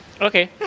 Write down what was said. Okay